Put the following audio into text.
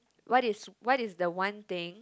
what is what is the one thing